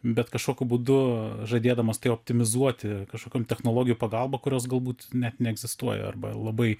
bet kažkokiu būdu žadėdamas tai optimizuoti kažkokiom technologijų pagalba kurios galbūt net neegzistuoja arba labai